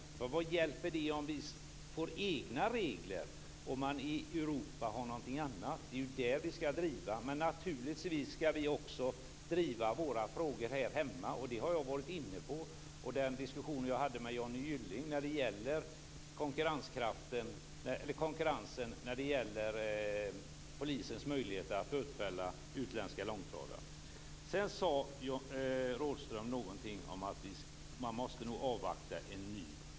Vad hjälper det att vi får egna regler om man har någonting annat i Europa? Det är ju där vi skall driva frågorna. Men vi skall naturligtvis också driva våra frågor här hemma. Det har jag varit inne på, bl.a. i den diskussion jag hade med Sedan sade Rådhström någonting om att man nog måste avvakta en ny majoritet.